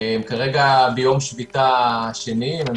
כרגע הם ביום השביתה השני, והן